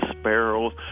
sparrows